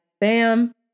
bam